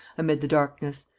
amid the darkness,